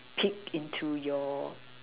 peek into your